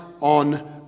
on